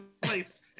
place